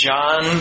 John